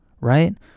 Right